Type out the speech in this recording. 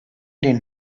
den